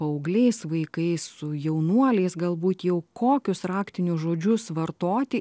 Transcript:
paaugliais vaikais su jaunuoliais galbūt jau kokius raktinius žodžius vartoti